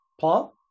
Paul